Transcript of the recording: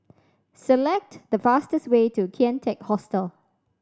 select the fastest way to Kian Teck Hostel